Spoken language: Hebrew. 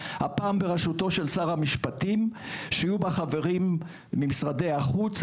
הפעם בראשותו של שר המשפטים שיהיו בה חברים ממשרדי החוץ,